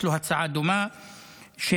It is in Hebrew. יש לו הצעה דומה שהתמזגה.